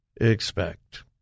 expect